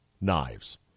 knives